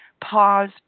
Pause